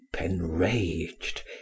enraged